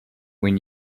when